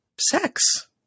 sex